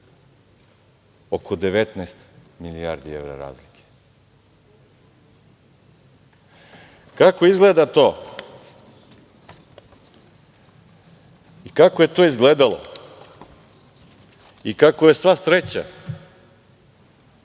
oko 19 milijardi evra razlike. Kako izgleda to i kako je to izgledalo i kako je sva sreća